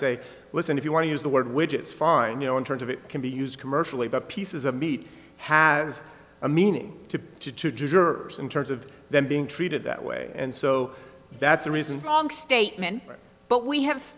say listen if you want to use the word widgets fine you know in terms of it can be used commercially but pieces of meat has a meaning to to two jurors in terms of them being treated that way and so that's a reason wrong statement but we have